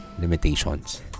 limitations